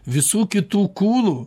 visų kitų kūnų